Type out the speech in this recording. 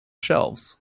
shelves